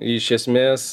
iš esmės